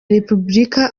repubulika